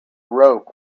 broke